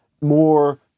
more